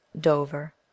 dover